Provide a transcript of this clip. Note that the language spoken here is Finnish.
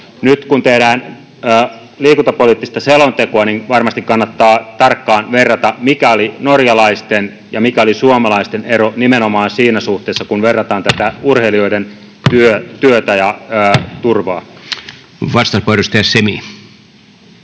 Nyt kun tehdään liikuntapoliittista selontekoa, niin varmasti kannattaa tarkkaan verrata, mikä oli norjalaisten ja suomalaisten ero nimenomaan siinä suhteessa, kun verrataan urheilijoiden työtä ja turvaa. Arvoisa puhemies!